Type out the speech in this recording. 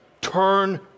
Turn